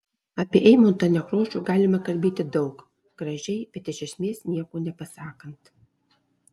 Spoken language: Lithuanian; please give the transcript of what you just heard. apie eimuntą nekrošių galima kalbėti daug gražiai bet iš esmės nieko nepasakant